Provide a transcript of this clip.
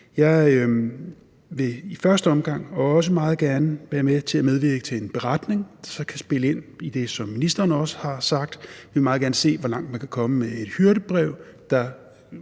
Jeg vil i første omgang også meget gerne være med til at medvirke til en beretning, der så kan spille ind i det, som ministeren også har sagt. Vi vil meget gerne se, hvor langt man kan komme med et hyrdebrev, der